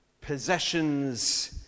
Possessions